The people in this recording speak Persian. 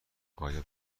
آیا